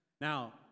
Now